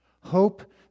hope